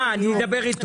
אני נמנע.